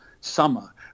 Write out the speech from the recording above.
summer